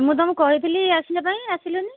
ମୁଁ ତମକୁ କହିଥିଲି ଆସିବା ପାଇଁ ଆସିଲନି